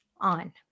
on